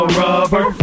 rubber